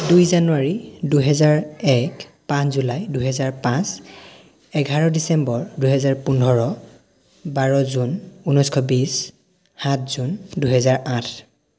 দুই জানুৱাৰী দুহেজাৰ এক পাঁচ জুলাই দুহেজাৰ পাঁচ এঘাৰ ডিচেম্বৰ দুহেজাৰ পোন্ধৰ বাৰ জুন ঊনৈছশ বিশ সাত জুন দুহেজাৰ আঠ